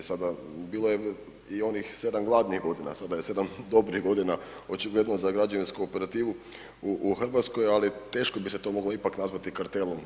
E sada bilo je i onih 7 gladnih godina, sada je 7 dobrih godina očigledno za građevinsku operativu u Hrvatskoj, ali teško bi se to ipak moglo nazvati kartelom.